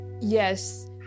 Yes